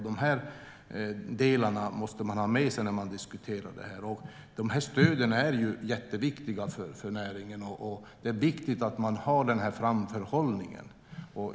Dessa delar måste man ha med sig när man diskuterar det här. De här stöden är jätteviktiga för näringen, och det är viktigt att ha framförhållning.